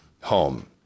home